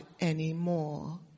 anymore